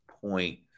point